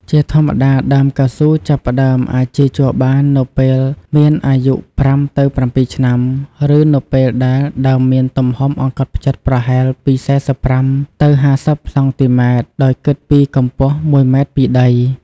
ជាធម្មតា ដើមកៅស៊ូចាប់ផ្តើមអាចចៀរជ័របាននៅពេលមានអាយុ ៥ ទៅ ៧ ឆ្នាំ ឬនៅពេលដែលដើមមានទំហំអង្កត់ផ្ចិតប្រហែលពី ៤៥ ទៅ ៥០ សង់ទីម៉ែត្រដោយគិតពីកម្ពស់ ១ ម៉ែត្រពីដី។